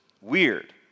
weird